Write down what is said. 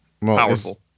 powerful